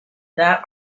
that